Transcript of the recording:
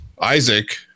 Isaac